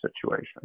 situation